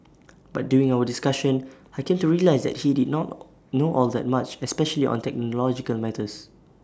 but during our discussion I came to realise that he did not know all that much especially on technological matters